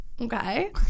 okay